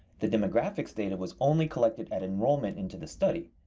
the demographics data was only collected at enrollment into the study.